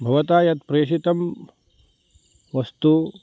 भवतः यत् प्रेषितं वस्तु